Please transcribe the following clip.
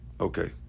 okay